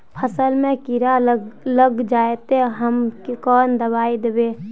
फसल में कीड़ा लग जाए ते, ते हम कौन दबाई दबे?